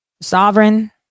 sovereign